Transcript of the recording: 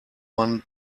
one